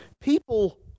People